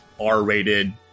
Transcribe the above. R-rated